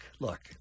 look